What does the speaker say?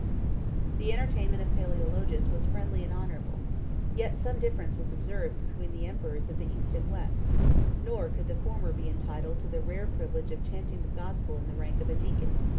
the entertainment of palaeologus was friendly and honorable yet some difference was observed between the emperors of the east and west nor could the former be entitled to the rare privilege of chanting the gospel in the rank of a deacon.